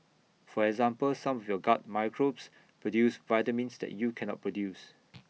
for example some of your gut microbes produce vitamins that you can not produce